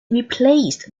replaced